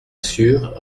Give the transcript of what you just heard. sûr